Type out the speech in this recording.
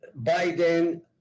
Biden